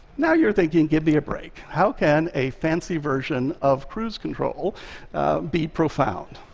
now you're thinking, give me a break. how can a fancy version of cruise control be profound?